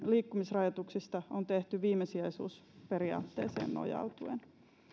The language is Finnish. liikkumisrajoituksista on tehty viimesijaisuusperiaatteeseen nojautuen